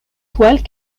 toile